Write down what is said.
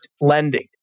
lending